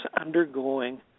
undergoing